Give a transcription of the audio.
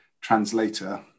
translator